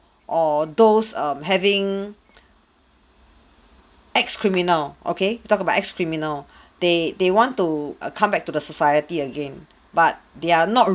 or those um having ex-criminal okay we talk about ex-criminal they they want to err come back to the society again but they are not